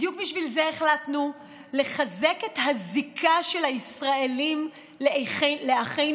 בדיוק בשביל זה החלטנו לחזק את הזיקה של הישראלים לאחינו